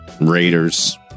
raiders